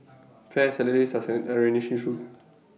fair salaries are an issue